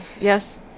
Yes